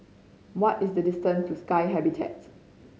what is the distance to Sky Habitat